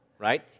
right